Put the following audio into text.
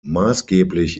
maßgeblich